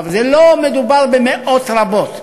אבל לא מדובר במאות רבות.